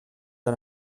han